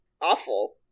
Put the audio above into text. awful